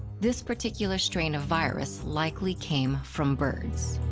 this particular strain of virus likely came from birds.